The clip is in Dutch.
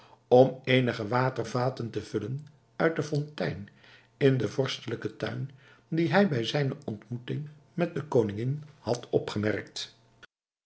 om eenige watervaten te vullen uit de fontein in den vorstelijken tuin die hij bij zijne ontmoeting met de koningin had opgemerkt